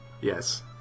Yes